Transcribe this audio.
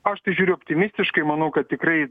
aš tai žiūriu optimistiškai manau kad tikrai